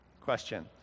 question